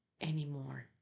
anymore